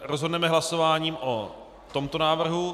Rozhodneme hlasováním o tomto návrhu.